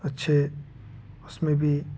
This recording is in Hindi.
अच्छे उसमें भी